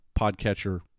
podcatcher